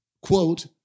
Quote